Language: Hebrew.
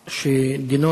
הכנסת, שעה